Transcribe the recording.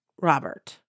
Robert